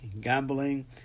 gambling